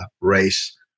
race